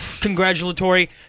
congratulatory